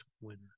winner